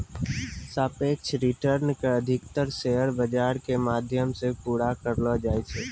सापेक्ष रिटर्न के अधिकतर शेयर बाजार के माध्यम से पूरा करलो जाय छै